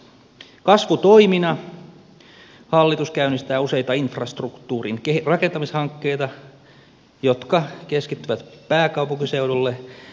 kasvutoimina hallitus käynnistää useita infrastruktuurin rakentamishankkeita jotka keskittyvät pääkaupunkiseudulle